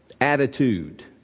attitude